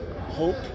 hope